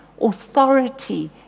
authority